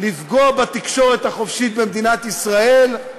לפגוע בתקשורת החופשית במדינת ישראל,